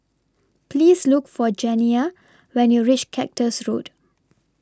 Please Look For Janiah when YOU REACH Cactus Road